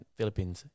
Philippines